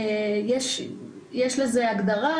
יש לזה הגדרה,